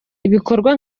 ibikorwa